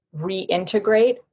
reintegrate